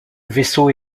vaisseau